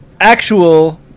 actual